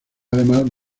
además